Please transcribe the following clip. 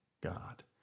God